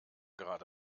gerade